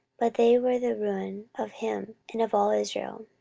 but they were the ruin of him, and of all israel.